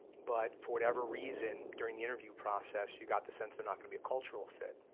but for whatever reason during the interview process you got the sense they're not gonna be a cultural fit.